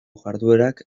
jarduerak